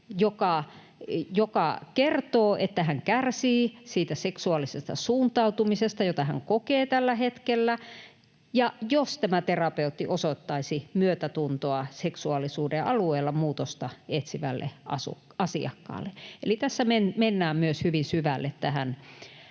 joka kertoisi, että hän kärsii siitä seksuaalisesta suuntautumisesta, jota hän kokee tällä hetkellä, ja jos tämä terapeutti osoittaisi myötätuntoa seksuaalisuuden alueella muutosta etsivälle asiakkaalle. Eli tässä mennään myös hyvin syvälle tähän